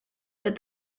but